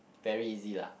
very easy lah